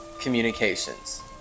communications